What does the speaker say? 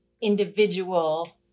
individual